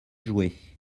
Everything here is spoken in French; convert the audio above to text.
jouer